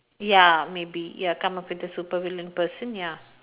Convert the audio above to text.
ya maybe ya come out with a super villain person ya